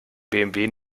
bmw